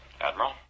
Admiral